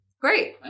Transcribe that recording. Great